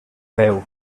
veu